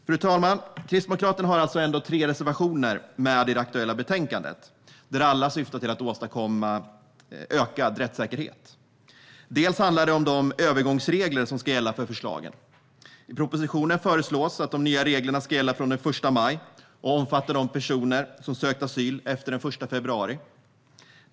Fru talman! Kristdemokraterna har tre reservationer i det aktuella betänkandet. Alla syftar till att åstadkomma ökad rättssäkerhet. Det handlar bland annat om de övergångsregler som ska gälla för förslagen. I propositionen föreslås att de nya reglerna ska gälla från och med den 1 maj och omfatta de personer som har sökt asyl efter den 1 februari.